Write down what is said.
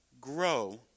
grow